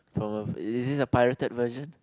from a is this a pirated version